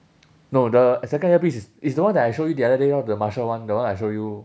no the second earpiece is is the one that I show you the other day lor the marshall one the one I show you